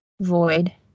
void